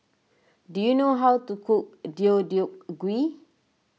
do you know how to cook Deodeok Gui